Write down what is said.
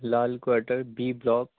Lal quarter B block